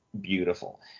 beautiful